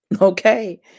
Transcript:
Okay